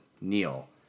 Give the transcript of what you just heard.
Neil